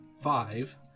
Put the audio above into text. five